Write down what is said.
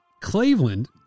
Cleveland